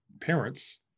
parents